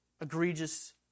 egregious